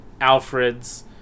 Alfred's